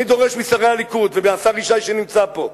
אני דורש משרי הליכוד ומהשר ישי, שנמצא פה,